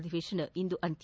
ಅಧಿವೇಶನ ಇಂದು ಅಂತ್ಯ